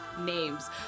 names